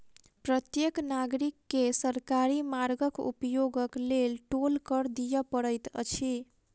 प्रत्येक नागरिक के सरकारी मार्गक उपयोगक लेल टोल कर दिअ पड़ैत अछि